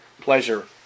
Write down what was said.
pleasure